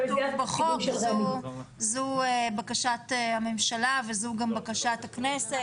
זו בקש הממשלה וזו גם בקשת הכנסת.